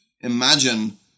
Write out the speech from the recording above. imagine